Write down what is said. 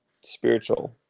spiritual